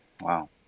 Wow